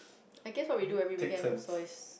I guess what we do every weekend so is